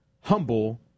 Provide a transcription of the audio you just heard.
humble